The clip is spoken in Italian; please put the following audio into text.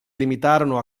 limitarono